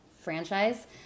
franchise